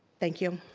thank you.